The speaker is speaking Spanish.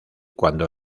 cuando